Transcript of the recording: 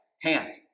hand